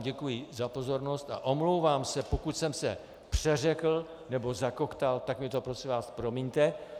Děkuji vám za pozornost a omlouvám se, pokud jsem se přeřekl nebo zakoktal, tak mi to prosím vás promiňte.